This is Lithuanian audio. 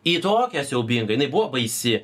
į tokią siaubingą jinai buvo baisi